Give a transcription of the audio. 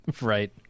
Right